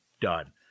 Done